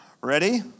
Ready